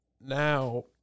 now